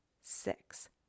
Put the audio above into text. six